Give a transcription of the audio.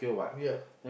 ya